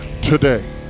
today